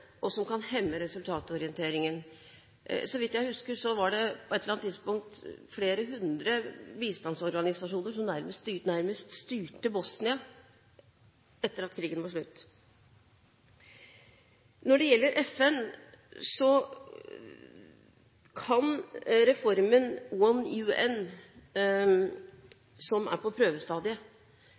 og som kan hemme resultatorienteringen. Så vidt jeg husker, var det på et eller annet tidspunkt flere hundre bistandsorganisasjoner som nærmest styrte Bosnia etter at krigen var slutt. Når det gjelder FN, kan reformen One UN, som er på prøvestadiet,